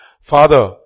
Father